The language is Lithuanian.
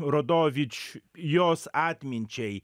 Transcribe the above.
rodovič jos atminčiai